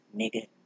nigga